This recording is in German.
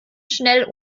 schnell